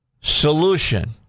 solution